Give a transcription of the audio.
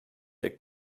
der